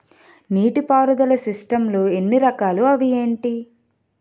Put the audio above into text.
నీటిపారుదల సిస్టమ్ లు ఎన్ని రకాలు? అవి ఏంటి?